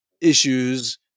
issues